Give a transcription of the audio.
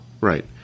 right